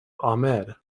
ahmed